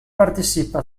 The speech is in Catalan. participa